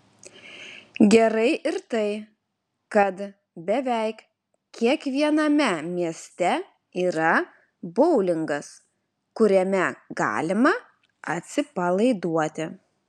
gerai ir tai kad beveik kiekviename mieste yra boulingas kuriame galima atsipalaiduoti